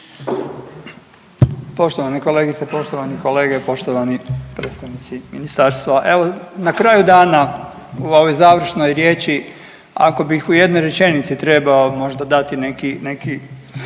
Poštovane kolegice, poštovani kolege, poštovani predstavnici ministarstva. Evo na kraju dana u ovoj završnoj riječi ako bih u jednoj rečenici trebao možda dati neki,